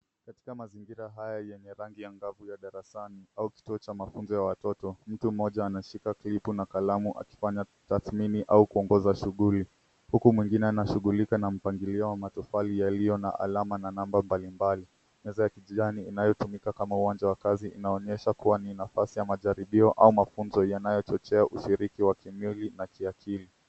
Katika mazingira haya yenye rangi angavu ya darasani au kituo cha mafunzo ya watoto. Mtoto ameshika klipu na mikono akifanya tathmini au kuongoza shughuli huku mwingine anafanya mpangilio wa matofali yaliyo na alama mbalimbali. Meza ya kijani inayotumika kama uwanja wa kazi inaonyesha kuwa ni nafasi ya majaribio au mafunzo yanayochochea ushiriki wa kimwili na kiakili.